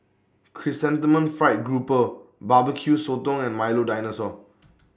Chrysanthemum Fried Grouper Barbecue Sotong and Milo Dinosaur